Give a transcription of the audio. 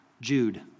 Jude